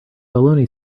baloney